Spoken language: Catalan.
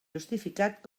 justificat